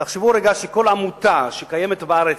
תחשבו רגע שכל עמותה שקיימת בארץ,